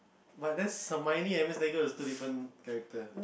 but that's Hermoine and that means that girl is a different character